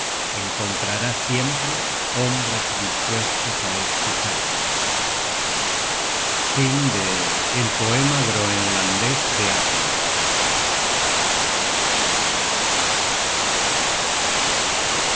encontrará siempre hombres dispuestos á escucharle